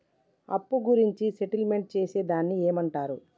అప్పు గురించి సెటిల్మెంట్ చేసేదాన్ని ఏమంటరు?